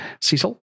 Cecil